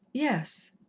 yes.